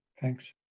thanks